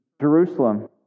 Jerusalem